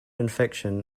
infection